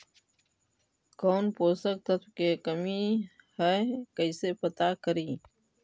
कौन पोषक तत्ब के कमी है कैसे पता करि?